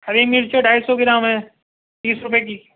ہری مرچیں ڈھائی سو گرام ہیں تیس روپئے کی